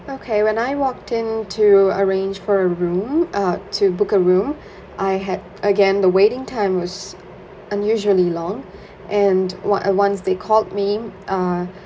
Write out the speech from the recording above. okay when I walked in to arrange for a room uh to book a room I had again the waiting time was unusually long and what I once they called me in uh